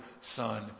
Son